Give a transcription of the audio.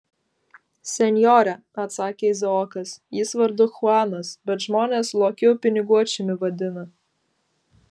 senjore atsakė izaokas jis vardu chuanas bet žmonės lokiu piniguočiumi vadina